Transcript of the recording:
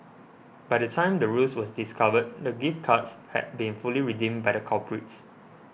by the time the ruse was discovered the gift cards had been fully redeemed by the culprits